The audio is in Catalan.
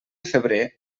febrer